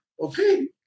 okay